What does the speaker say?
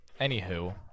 Anywho